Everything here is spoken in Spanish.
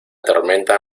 tormenta